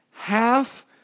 Half